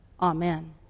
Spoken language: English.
Amen